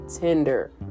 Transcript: tender